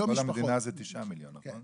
כל המדינה זה 9,000,000,000, נכון?